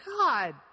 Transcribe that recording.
God